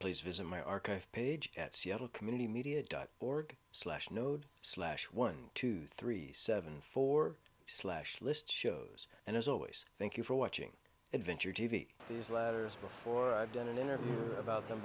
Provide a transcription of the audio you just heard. please visit my archive page at seattle community media dot org slash node slash one two three seven four slash list shows and as always thank you for watching adventure t v these letters before i've done an interview about them